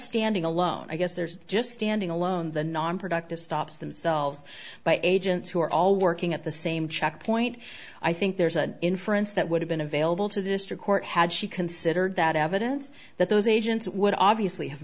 standing alone i guess there's just standing alone the nonproductive stops themselves by agents who are all working at the same checkpoint i think there's an inference that would have been available to the district court had she considered that evidence that those agents would obviously have